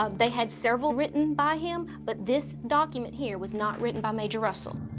ah they had several written by him, but this document here was not written by major russell.